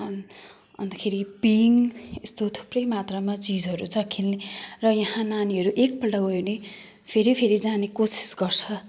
on अन्तखेरि पिङ यस्तो थुप्रै मात्रामा चिजहरू छ खेल्ने र यहाँ नानीहरू एकपल्ट गयो भने फेरि फेरि जाने कोसिस गर्छ